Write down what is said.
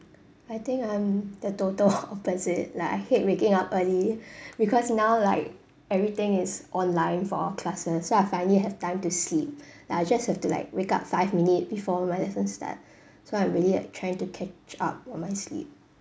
I think I'm the total opposite like I hate waking up early because now like everything is online for all classes so I finally have time to sleep like I just have like wake up five minute before my lesson start so I'm really at trying to catch up on my sleep